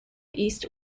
east